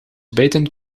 bijtend